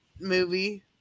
movie